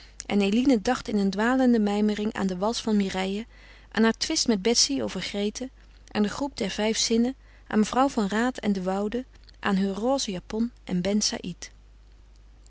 en eline dacht in een dwalende mijmering aan de wals van mireille aan haar twist met betsy over grete aan de groep der vijf zinnen aan mevrouw van raat en de woude aan heur roze japon en ben saïd